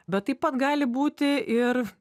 bet taip pat gali būti ir